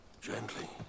Gently